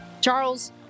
Charles